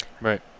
Right